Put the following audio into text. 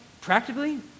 practically